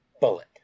bullet